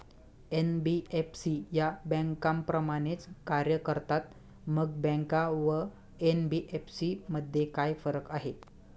NBFC या बँकांप्रमाणेच कार्य करतात, मग बँका व एन.बी.एफ.सी मध्ये काय फरक आहे?